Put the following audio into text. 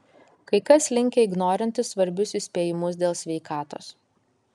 kai kas linkę ignorinti svarbius įspėjimus dėl sveikatos